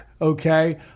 Okay